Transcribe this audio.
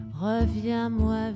reviens-moi